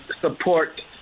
support